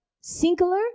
Singular